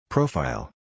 Profile